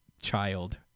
child